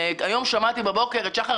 היום שמעתי בבוקר את נציב הכבאות לשעבר,